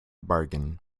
bargain